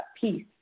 piece